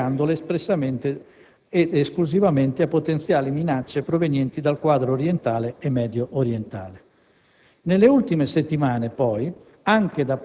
collegandole espressamente ed esclusivamente a potenziali minacce provenienti dal quadrante orientale e mediorientale. Nelle ultime settimane, poi,